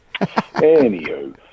Anywho